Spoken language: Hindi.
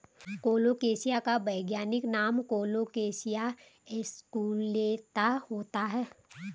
कोलोकेशिया का वैज्ञानिक नाम कोलोकेशिया एस्कुलेंता होता है